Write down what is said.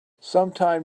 sometime